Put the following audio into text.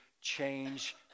change